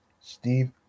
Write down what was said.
Steve